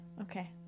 Okay